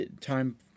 time